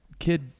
Kid